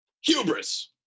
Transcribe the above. Hubris